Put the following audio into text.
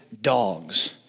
dogs